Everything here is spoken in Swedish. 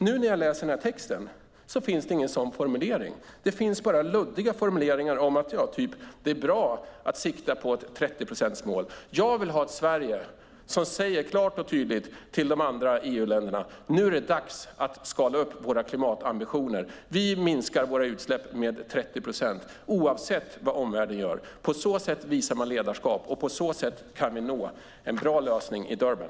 Nu när jag läser den här texten finns det ingen sådan formulering. Det finns bara luddiga formuleringar om att det är bra att sikta på ett 30-procentsmål. Jag vill ha ett Sverige som säger klart och tydligt till de andra EU-länderna: Nu är det dags att skala upp våra klimatambitioner! Vi minskar våra utsläpp med 30 procent, oavsett vad omvärlden gör! På så sätt visar man ledarskap, och på så sätt kan vi nå en bra lösning i Durban.